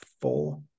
four